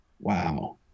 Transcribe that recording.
wow